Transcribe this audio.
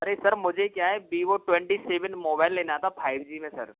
अरे सर मुझे क्या है वीवो ट्वेंटी सेवेन मोबाईल लेना था फाइव जी में सर